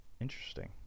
Interesting